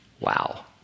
Wow